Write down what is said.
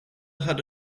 had